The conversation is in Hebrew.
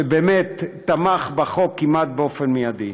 שבאמת תמך בחוק כמעט באופן מיידי.